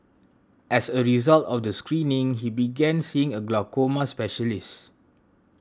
as a result of the screening he began seeing a glaucoma specialist